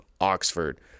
Oxford